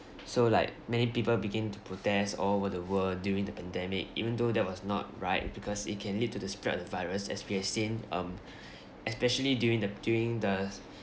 so like many people begin to protest all over the world during the pandemic even though that was not right because it can lead to the spread of the virus as we have seen um especially during the during the